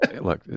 look